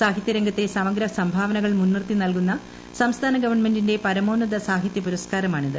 സാഹിത്യരംഗത്തെ സമഗ്രസംഭാവനകൾ മുൻനിർത്തി നല്കുന്ന സംസ്ഥന ഗവൺമെന്റിന്റെ പരമോന്നത സാഹിത്യ പുരസ്കാരമാണിത്